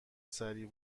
سریع